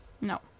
No